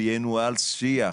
וינוהל שיח